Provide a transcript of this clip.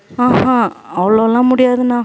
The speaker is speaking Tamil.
ஆஹான் அவ்வளோலாம் முடியாதுண்ணா